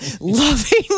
loving